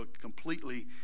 completely